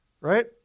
right